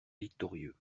victorieux